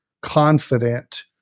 confident